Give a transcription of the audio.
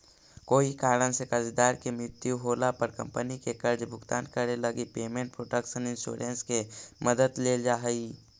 कोई कारण से कर्जदार के मृत्यु होला पर कंपनी के कर्ज भुगतान करे लगी पेमेंट प्रोटक्शन इंश्योरेंस के मदद लेल जा हइ